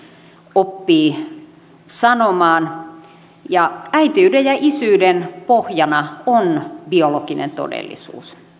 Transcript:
oppii sanomaan äitiyden ja isyyden pohjana on biologinen todellisuus